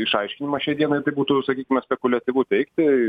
išaiškinimas šiai dienai tai būtų sakykime spekuliatyvu teigti